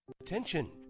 Attention